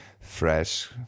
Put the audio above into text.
fresh